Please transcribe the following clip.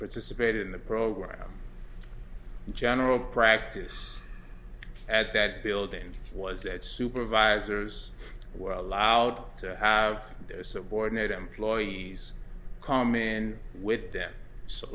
participated in the program general practice at that building was that supervisors were allowed to have their subordinate employees come in with them so